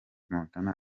montana